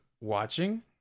watching